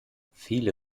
viele